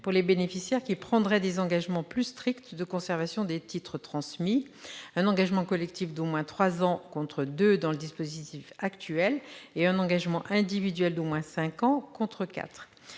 -pour les bénéficiaires qui prendraient des engagements plus stricts de conservation des titres transmis : un engagement collectif d'au moins trois ans, contre deux ans dans le dispositif actuel, et un engagement individuel d'au moins cinq ans, contre